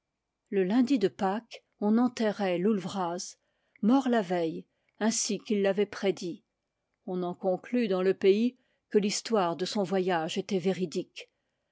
le lundi de pâques on enterrait loull vraz mort la veille ainsi qu'il l'avait prédit on en conclut dans le pays que l'histoire de son voyage était véridique